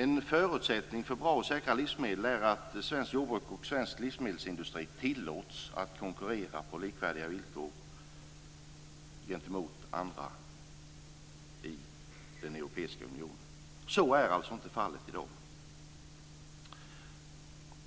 En förutsättning för bra och säkra livsmedel är att svenskt jordbruk och svensk livsmedelsindustri tillåts att konkurrera på likvärdiga villkor gentemot andra i den europeiska unionen. Så är inte fallet i dag.